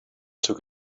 took